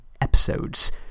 episodes